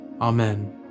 Amen